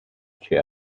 she